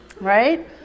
right